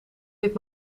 dit